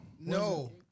No